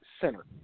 center